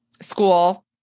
school